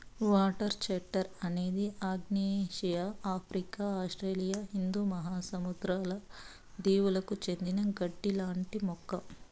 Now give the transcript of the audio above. water chestnut అనేది ఆగ్నేయాసియా, Africa, Australia హిందూ మహాసముద్ర దీవులకు చెందిన గడ్డి లాంటి మొక్క